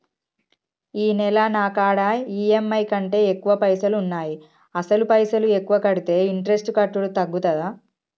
ఈ నెల నా కాడా ఈ.ఎమ్.ఐ కంటే ఎక్కువ పైసల్ ఉన్నాయి అసలు పైసల్ ఎక్కువ కడితే ఇంట్రెస్ట్ కట్టుడు తగ్గుతదా?